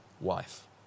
wife